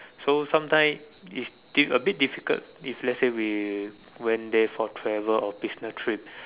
so sometimes it's dif~ a bit difficult if let's say we went there for travel or business trip